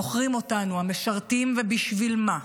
מוכרים אותנו המשרתים, ובשביל מה?